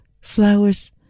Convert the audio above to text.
flowers